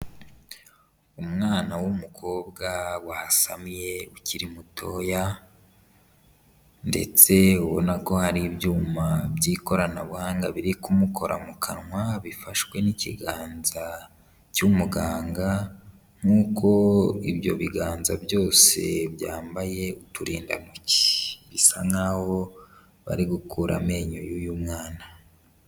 Umwana w'umukobwa wasamye ukiri mutoya ndetse ubona ko hari ibyuma by'ikoranabuhanga biri kumukora mu kanwa bifashwe n'ikiganza cy'umuganga nk'uko ibyo biganza byose byambaye uturindantoki, bisa nk'aho bari gukura amenyo y'uyu mwana.